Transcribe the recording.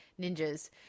ninjas